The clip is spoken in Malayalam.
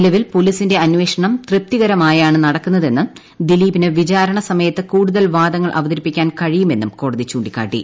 നിലവിൽ പൊല്ലീസിന്റെ അന്വേഷണം തൃപ്തികരമായാണ് നടക്കുന്നതെന്നും ദിലീപ്പിന് ്വിചാരണ സമയത്ത് കൂടുതൽ വാദങ്ങൾ അവതരിപ്പിക്കാൻ കഴിയുമെന്നും കോടതി ചൂണ്ടിക്കാട്ടി